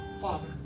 Father